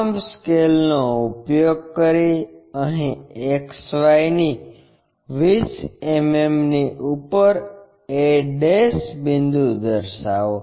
તમારા સ્કેલનો ઉપયોગ કરી અહીં XY ની 20 mmની ઉપર a બિંદુ દર્શાવો